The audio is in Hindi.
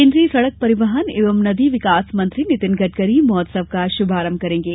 केन्द्रीय सड़क परिवहन एवं नदी विकास मंत्री नितिन गड़करी महोत्सव का शुभारंभ करेंगे